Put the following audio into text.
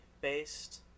based